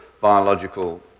biological